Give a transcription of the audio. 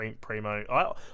primo